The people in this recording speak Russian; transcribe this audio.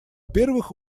первых